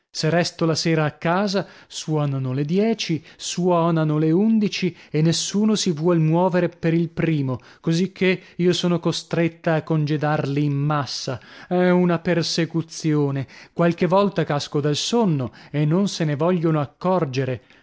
se resto la sera a casa suonano le dieci suonano le undici e nessuno si vuol muovere per il primo cosicchè io sono costretta a congedarli in massa è una persecuzione qualche volta casco dal sonno e non se ne vogliono accorgere